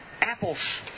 Apples